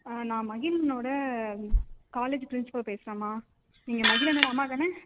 நான் மகிழன்னோட college principal பேசுகிறேம்மா நீங்கள் மகிழன்னோட அம்மா தானே